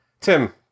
Tim